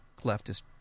leftist